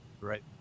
Right